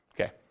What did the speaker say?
Okay